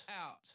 out